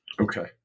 Okay